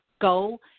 go